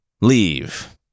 Leave